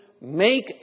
make